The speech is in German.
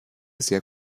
sehr